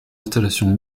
installations